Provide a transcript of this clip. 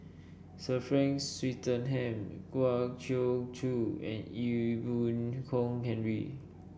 Sir Frank Swettenham Kwa Geok Choo and Ee Boon Kong Henry